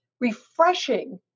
refreshing